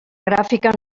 gràfica